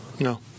No